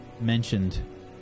mentioned